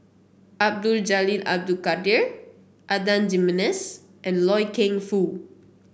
Abdul Jalil Abdul Kadir Adan Jimenez and Loy Keng Foo